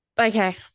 Okay